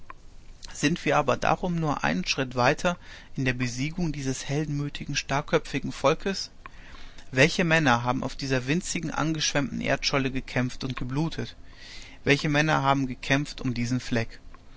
sind wir aber darum nur einen schritt weiter in der besiegung dieses heldenmütigen starrköpfigen volkes welche männer haben auf dieser winzigen angeschwemmten erdscholle gekämpft und geblutet welche männer haben gekämpft um diesen fleck